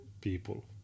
people